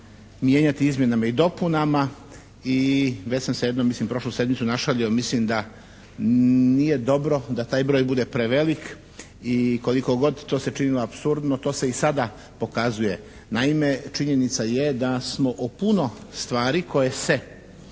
izmjenama i dopunama i već sam se jednom, mislim prošlu sedmicu našalio, mislim da nije dobro da taj broj bude prevelik i koliko god to se činilo apsurdno, to se i sada pokazuje. Naime činjenica je da smo o puno stvari koje se